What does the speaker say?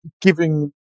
giving